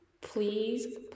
please